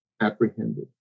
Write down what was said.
apprehended